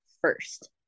first